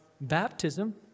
baptism